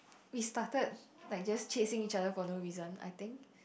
we started like just chasing each other for no reason I think